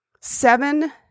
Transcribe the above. seven